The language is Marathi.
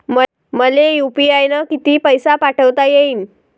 मले यू.पी.आय न किती पैसा पाठवता येईन?